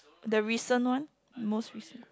the recent one most recent